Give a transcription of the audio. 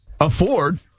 afford